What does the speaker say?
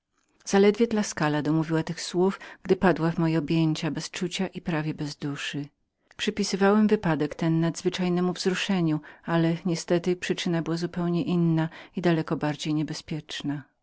zaledwie tuskula domówiła tych słów gdy padła w moje objęcia bez czucia i prawie bez duszy przypisywałem wypadek ten nadzwyczajnemu wzruszeniu ale niestety przyczyna była zupełnie inną i daleko